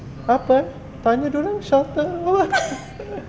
apa eh tanya dulu shelter